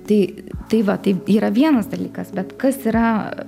tai tai va tai yra vienas dalykas bet kas yra